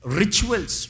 rituals